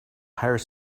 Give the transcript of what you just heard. hire